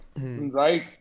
Right